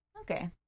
Okay